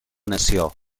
nació